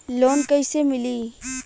Loan कईसे मिली?